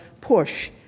push